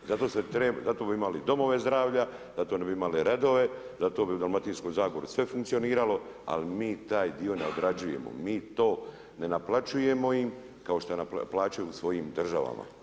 Zato se treba, zato bi imali domove zdravlja, zato ne bi imali redove, zato bi u Dalmatinskoj zagori sve funkcioniralo ali mi taj dio ne odrađujemo, mi to ne naplaćujemo im, kao što plaćaju u svojim državama.